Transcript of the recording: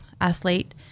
athlete